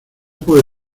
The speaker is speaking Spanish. puedo